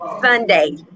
Sunday